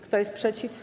Kto jest przeciw?